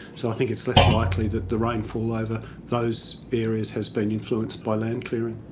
so i think it's less likely that the rainfall over those areas has been influenced by land clearing.